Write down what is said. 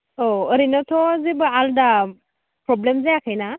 औ ओरैनोथ' जेबो आलादा प्रब्लेम जायाखैना